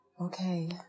Okay